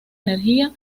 energía